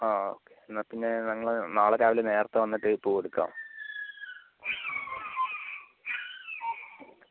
ആ ഒക്കെ എന്നാൽ പിന്നെ നിങ്ങള് നാളെ രാവിലെ നേരത്തെ വന്നിട്ട് പൂവ് എടുക്കാം